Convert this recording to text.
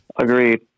Agreed